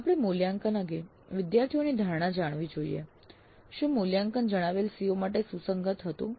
આપણે મૂલ્યાંકન અંગે વિદ્યાર્થીઓની ધારણા જાણવી જોઈએ શું મૂલ્યાંકન જણાવેલ COs માટે સુસંગત હતું